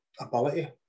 ability